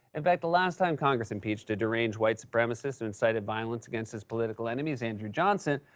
in fact, the last time congress impeached a deranged white supremacist who incited violence against his political enemies, andrew johnson,